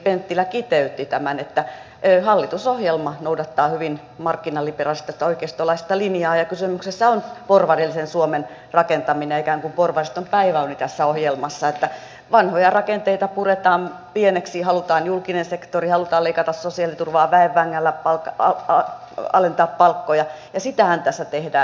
penttilä kiteytti tämän että hallitusohjelma noudattaa hyvin markkinaliberalistista oikeistolaista linjaa ja kysymyksessä on porvarillisen suomen rakentaminen ja ikään kuin porvariston päiväuni tässä ohjelmassa että vanhoja rakenteita puretaan pieneksi halutaan julkinen sektori halutaan leikata sosiaaliturvaa väen vängällä alentaa palkkoja ja sitähän tässä tehdään